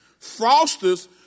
Froster's